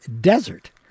desert